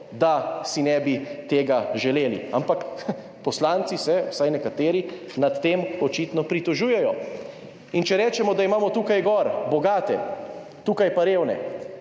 da si ne bi tega želeli. Ampak poslanci se, vsaj nekateri, nad tem očitno pritožujejo! In če rečemo, da imamo tukaj gor / pokaže z gesto/